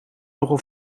nogal